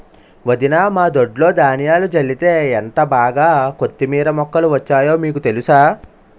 వదినా మా దొడ్లో ధనియాలు జల్లితే ఎంటబాగా కొత్తిమీర మొక్కలు వచ్చాయో మీకు తెలుసా?